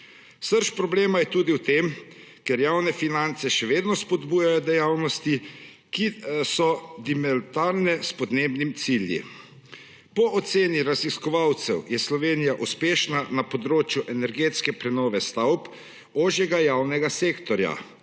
Srž problema je tudi v tem, ker javne finance še vedno spodbujajo dejavnosti, ki so diametralne s podnebnimi cilji. Po oceni raziskovalcev je Slovenija uspešna na področju energetske prenove stavb ožjega javnega sektorja,